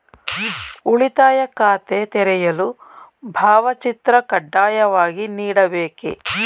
ಉಳಿತಾಯ ಖಾತೆ ತೆರೆಯಲು ಭಾವಚಿತ್ರ ಕಡ್ಡಾಯವಾಗಿ ನೀಡಬೇಕೇ?